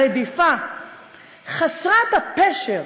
הרדיפה חסרת הפשר,